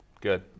Good